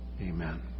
Amen